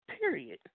period